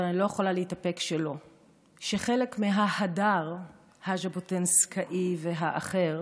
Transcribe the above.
אבל אני לא יכולה להתאפק: חלק מההדר הז'בוטינסקאי והאחר